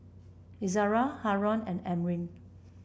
Izzara Haron and Amrin